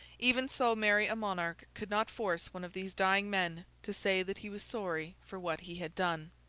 even so merry a monarch could not force one of these dying men to say that he was sorry for what he had done.